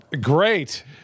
Great